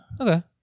Okay